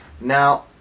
Now